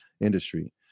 industry